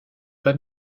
pas